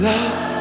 Love